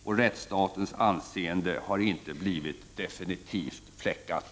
Och rättsstatens anseende har inte blivit definitivt fläckat.